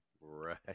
Right